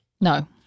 No